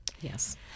Yes